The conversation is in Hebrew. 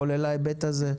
כולל ההיבט הזה.